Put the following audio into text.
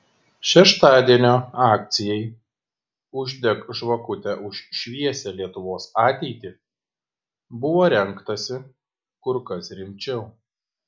šeštadienio akcijai uždek žvakutę už šviesią lietuvos ateitį buvo rengtasi kur kas rimčiau